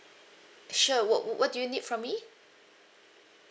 sure what w~ what do you need from me